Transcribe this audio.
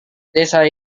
desa